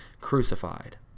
crucified